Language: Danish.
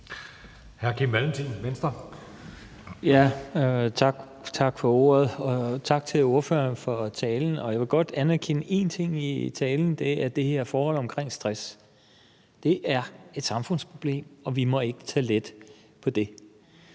Tak for ordet. Og tak til ordføreren for talen. Jeg vil godt anerkende en ting i talen, og det er det her forhold omkring stress. Det er et samfundsproblem, og vi må ikke tage let på det.